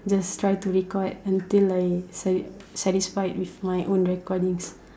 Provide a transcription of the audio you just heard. just try to be record until I I sa~ satisfied with my own recordings